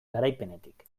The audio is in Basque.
garaipenetik